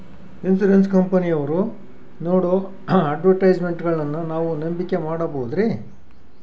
Insurance ಕಂಪನಿಯವರು ನೇಡೋ ಅಡ್ವರ್ಟೈಸ್ಮೆಂಟ್ಗಳನ್ನು ನಾವು ನಂಬಿಕೆ ಮಾಡಬಹುದ್ರಿ?